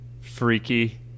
freaky